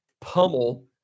pummel